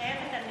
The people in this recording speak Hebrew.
מתחייבת אני